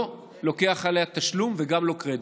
לא לוקח עליה תשלום וגם לא קרדיט.